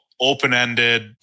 open-ended